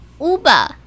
Uber